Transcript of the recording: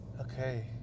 Okay